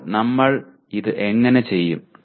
ഇപ്പോൾ നമ്മൾ ഇത് എങ്ങനെ ചെയ്യും